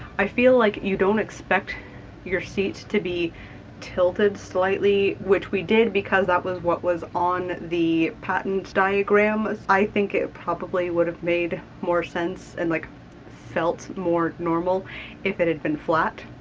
i feel like you don't expect your seat to be tilted slightly which we did, because that was what was on the patent diagram. i think it probably would've made more sense and like felt more normal if it had been flat.